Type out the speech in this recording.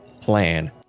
plan